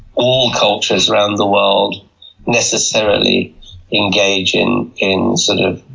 all cultures around the world necessarily engage in in sort of